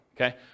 Okay